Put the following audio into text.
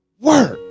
work